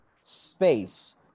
space